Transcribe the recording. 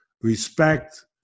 respect